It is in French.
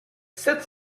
sept